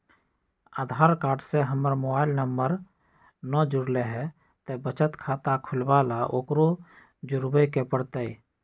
आधार card से हमर mobile number न जुरल है त बचत खाता खुलवा ला उकरो जुड़बे के पड़तई?